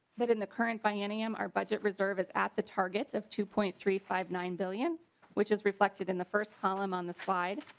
but in the current biennium our budget reserve is at the targets of two point three five nine billion which is reflected in the first column on the five.